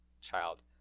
child